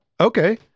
Okay